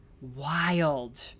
wild